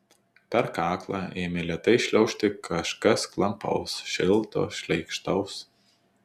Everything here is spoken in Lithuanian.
per kaklą ėmė lėtai šliaužti kažkas klampaus šilto šleikštaus